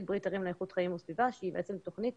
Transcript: "ברית ערים לאיכות חיים וסביבה" שהיא בעצם תוכנית